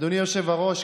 אדוני היושב-ראש,